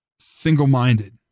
single-minded